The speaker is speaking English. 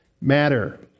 matter